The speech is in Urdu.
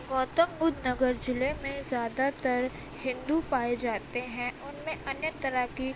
گوتم بُدھ نگر ضعلے میں زیادہ تر ہندو پائے جاتے ہیں اُن میں انیہ طرح کی